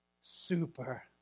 super